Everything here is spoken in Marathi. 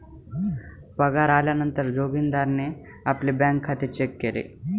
पगार आल्या नंतर जोगीन्दारणे आपले बँक खाते चेक केले